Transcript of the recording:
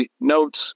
notes